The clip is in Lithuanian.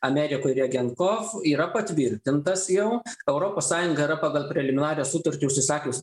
amerikoj regen kof yra patvirtintas jau europos sąjunga yra pagal preliminarią sutartį užsisakius